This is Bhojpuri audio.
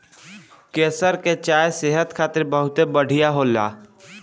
केसर के चाय सेहत खातिर बहुते बढ़िया होला